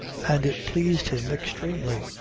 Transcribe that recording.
and it pleased him extremely.